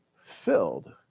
Filled